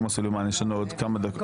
יש לנו עוד כמה דקות.